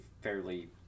fairly